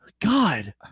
God